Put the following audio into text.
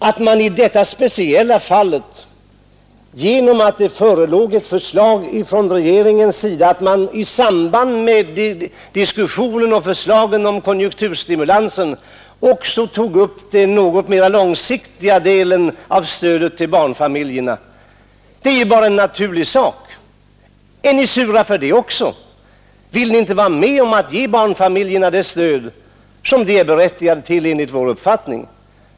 Att man i detta speciella fall — därför att det förelåg ett förslag från regeringens sida — i samband med diskussionen och förslagen om konjunkturstimulering också tog upp den något mera långsiktiga delen av stödet till barnfamiljerna är ju bara en naturlig sak. Är ni sura för det också? Vill ni inte vara med om att ge barnfamiljerna det stöd som de är berättigade till enligt vår uppfattning?